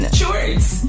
shorts